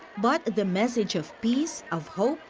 but the message of peace, of hope,